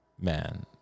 man